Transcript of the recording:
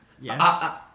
Yes